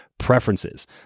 Preferences